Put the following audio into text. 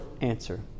answer